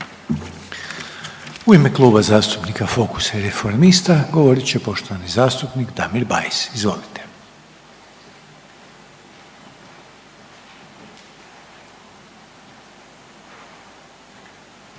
U ime Kluba zastupnika FOKUS-a i Reformista govorit će poštovani zastupnik Damir Bajs. Izvolite.